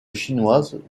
chinoise